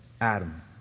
Adam